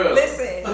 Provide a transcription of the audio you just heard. listen